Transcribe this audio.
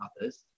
others